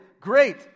great